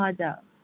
हजुर